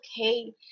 okay